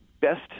best